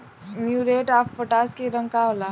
Muriate of potash के रंग का होला?